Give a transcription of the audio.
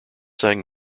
sang